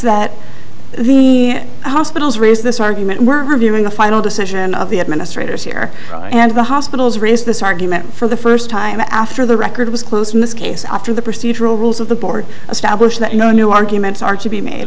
that the hospitals raise this argument we're reviewing a final decision of the administrators here and the hospitals raise this argument for the first time after the record was closed in this case after the procedural rules of the board established that no new arguments are to be made